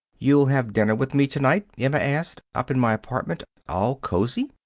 you'll have dinner with me to-night? emma asked. up at my apartment, all cozy?